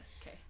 okay